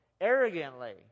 arrogantly